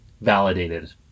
validated